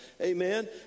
Amen